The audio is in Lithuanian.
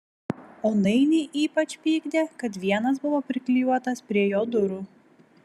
o nainį ypač pykdė kad vienas buvo priklijuotas prie jo durų